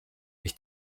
ich